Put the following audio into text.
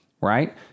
Right